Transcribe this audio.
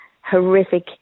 horrific